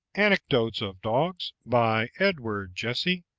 anecdotes of dogs. by edward jesse,